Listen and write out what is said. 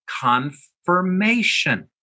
confirmation